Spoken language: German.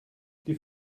die